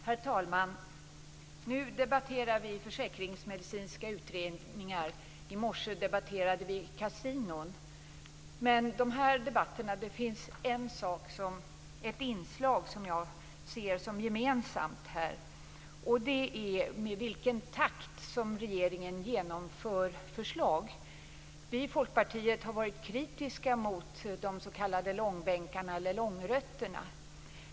Herr talman! Nu debatterar vi försäkringsmedicinska utredningar. I morse debatterade vi kasinon. Det finns ett inslag som jag ser som gemensamt för dessa debatter. Det är den takt med vilken regeringen genomför förslag. Vi i Folkpartiet har varit kritiska mot de s.k. långbänkarna eller långrötterna.